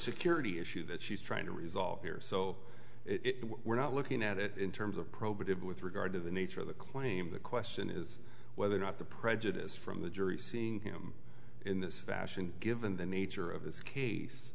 security issue that she's trying to resolve here so we're not looking at it in terms of probative with regard to the nature of the claim the question is whether or not the prejudice from the jury in this fashion given the nature of this case